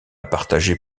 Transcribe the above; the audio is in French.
partager